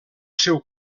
seu